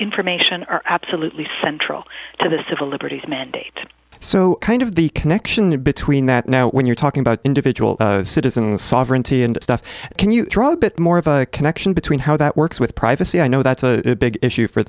information are absolutely central to the civil liberties mandate so kind of the connections between that now when you're talking about individual citizens sovereignty and stuff can you draw a bit more of a connection between how that works with privacy i know that's a big issue for